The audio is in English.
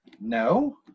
No